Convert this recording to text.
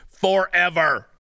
forever